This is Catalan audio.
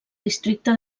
districte